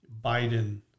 Biden